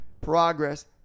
progress